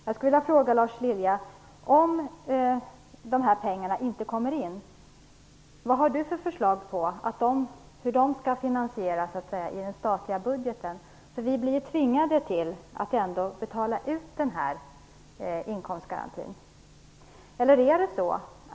Men vad har Lars Lilja för förslag till hur det skall finansieras i den statliga budgeten om dessa pengar inte kommer in? Vi blir ju tvingade att betala ut den här inkomstgarantin ändå.